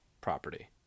property